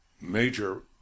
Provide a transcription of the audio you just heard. major